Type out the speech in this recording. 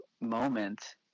moment